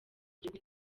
gihugu